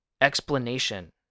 explanation